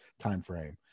timeframe